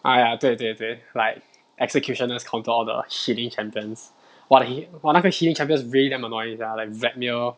!aiya! 对对对 like executioners counter all the shitty champions !wah! !wah! 那个 shitty champions really damn annoying sia like vetmer